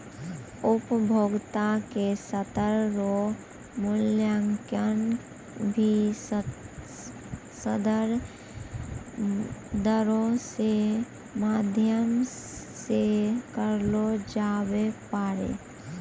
उपभोक्ता के स्तर रो मूल्यांकन भी संदर्भ दरो रो माध्यम से करलो जाबै पारै